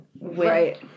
Right